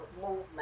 movement